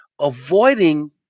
Avoiding